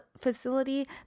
facility